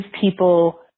people